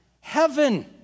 Heaven